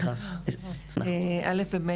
רות, בבקשה, את יכולה להתייחס בקצרה בבקשה.